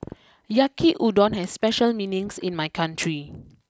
Yaki Udon has special meanings in my country